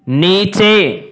नीचे